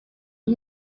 abo